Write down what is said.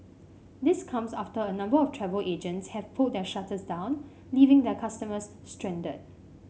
this comes after a number of travel agents have pulled their shutters down leaving their customers stranded